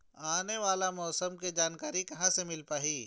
आने वाला मौसम के जानकारी कहां से मिल पाही?